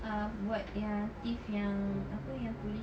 uh buat yang teeth yang apa yang polish